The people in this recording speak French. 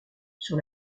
sur